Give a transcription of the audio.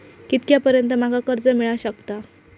कितक्या पर्यंत माका कर्ज मिला शकता?